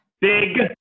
Big